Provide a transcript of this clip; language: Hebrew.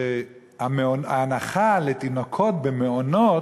שההנחה לתינוקות במעונות,